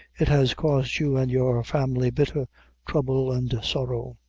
it has caused you and your family bitter trouble and sorrow.